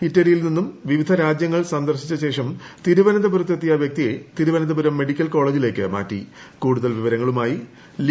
ഇറ്റലിയിൽ നിന്ന് വിവിധ രാജ്യങ്ങൾ സന്ദർശിച്ച ശേഷം തിരുവനന്തപുരത്തെത്തിയ വ്യക്തിയെ തിരുവനന്തപുരം മെഡിക്കൽ കോളേജിലേക്ക് മാറ്റി